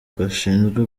gashinzwe